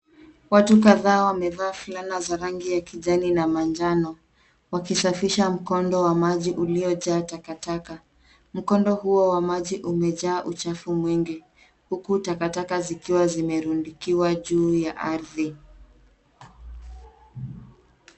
Watu kadhaa wamevaa fulana za rangi ya kijani na manjano wakisafisha mkondo wa maji uliojaa takataka. Mkondo huo wa maji umejaa uchafu mwingi. Huku takataka zikiwa zimerundikiwa juu ya ardhi.